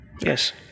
Yes